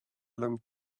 long